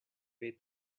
way